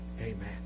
Amen